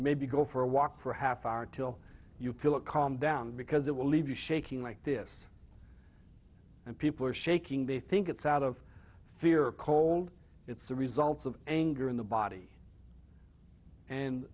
maybe go for a walk for half hour till you feel it calm down because it will leave you shaking like this and people are shaking they think it's out of fear or cold it's the results of anger in the body and